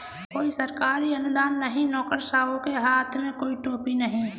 कोई सरकारी अनुदान नहीं, नौकरशाहों के हाथ में कोई टोपी नहीं